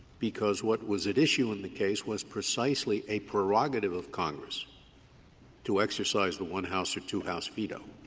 because what was at issue in the case was precisely a prerogative of congress to exercise the one-house or two-house veto.